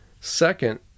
Second